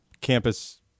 campus